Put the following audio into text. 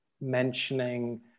mentioning